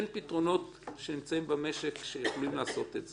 אין פתרונות שנמצאים במשק שיכולים לעשות את זה.